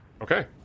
Okay